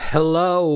Hello